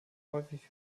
häufig